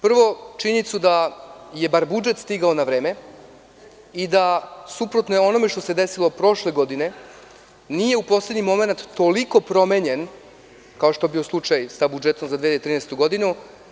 Prvo činjenicu da je bar budžet stigao na vreme i da suprotno je onome što se desilo prošle godine, nije u poslednji momenat toliko promenjen, kao što je bio slučaj sa budžetom za 2013. godinu.